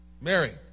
Mary